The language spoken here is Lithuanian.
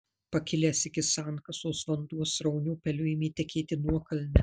pakilęs iki sankasos vanduo srauniu upeliu ėmė tekėti nuokalne